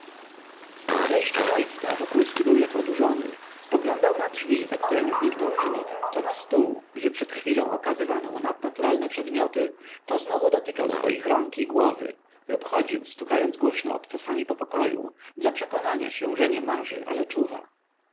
po odejściu geista wokulski był jak odurzony spoglądał na drzwi za któremi zniknął chemik to na stół gdzie przed chwilą okazywano mu nadnaturalne przedmioty to znowu dotykał swoich rąk i głowy lub chodził stukając głośno obcasami po pokoju dla przekonania się że nie marzy ale czuwa